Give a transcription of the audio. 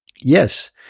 Yes